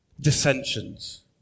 Dissensions